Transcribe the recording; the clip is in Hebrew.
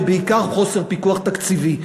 ובעיקר חוסר פיקוח תקציבי.